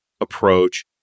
approach